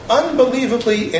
unbelievably